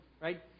right